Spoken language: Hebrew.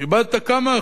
איבדת כמה?